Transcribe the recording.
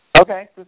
Okay